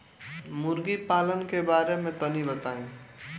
मुर्गी पालन के बारे में तनी बताई?